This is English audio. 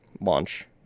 launch